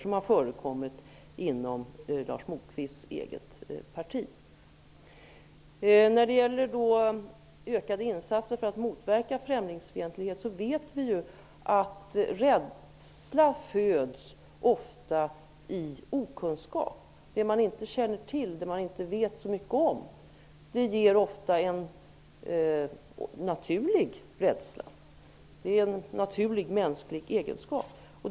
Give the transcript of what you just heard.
Sådant har förekommit inom Lars När det gäller ökade insatser för att motverka främlingsfientlighet kan jag säga att vi vet att rädsla ofta föds i okunskap. Det man inte känner till och inte vet så mycket om ger ofta en naturlig rädsla. Det är en naturlig mänsklig egenskap.